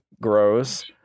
grows